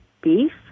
beef